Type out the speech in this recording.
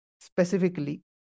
specifically